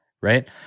right